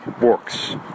works